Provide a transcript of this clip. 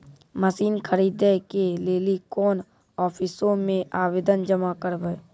Machine खरीदै के लेली कोन आफिसों मे आवेदन जमा करवै?